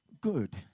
good